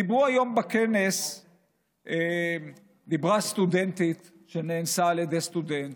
דיברה היום בכנס סטודנטית שנאנסה על ידי סטודנט,